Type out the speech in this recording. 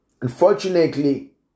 Unfortunately